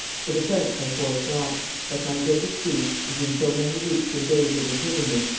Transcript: for the french i force not but my greatest grief is, in so many weeks and days of imprisonment,